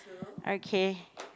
okay